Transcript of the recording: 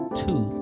two